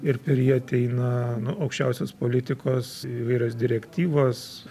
ir per jį ateina nu aukščiausios politikos įvairios direktyvos